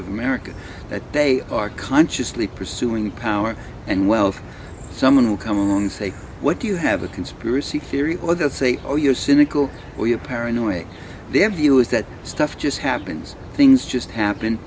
of america that they are consciously pursuing power and wealth someone will come along and say what you have a conspiracy theory or that say oh you're cynical or you're paranoid their view is that stuff just happens things just happen